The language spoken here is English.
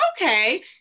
okay